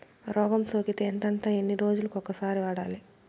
రోగం సోకితే ఎంతెంత ఎన్ని రోజులు కొక సారి వాడాలి?